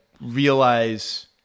realize